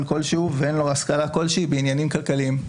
כלשהו ואין לו השכלה כלשהי בעניינים כלכליים.